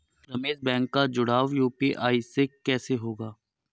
Ramesh bank का जुड़ाव UPI से कैसे होगा?